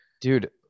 Dude